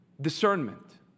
Discernment